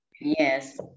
Yes